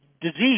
disease